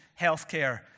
healthcare